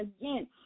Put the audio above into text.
again